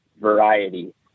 variety